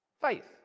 Faith